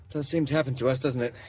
does seem to happen to us, doesn't it?